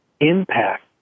impact